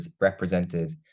represented